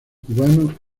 cubano